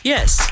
Yes